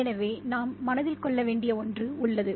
எனவே நாம் மனதில் கொள்ள வேண்டிய ஒன்று உள்ளது